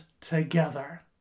together